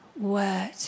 word